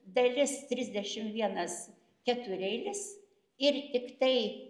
dalis trisdešim vienas ketureilis ir tiktai